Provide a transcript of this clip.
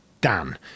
Dan